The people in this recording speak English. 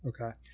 Okay